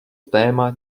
téma